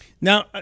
Now